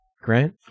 Grant